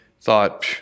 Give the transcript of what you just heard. thought